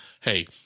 hey